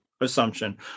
assumption